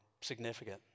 significant